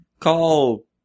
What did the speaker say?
call